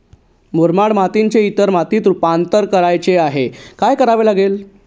मुरमाड मातीचे इतर मातीत रुपांतर करायचे आहे, काय करावे लागेल?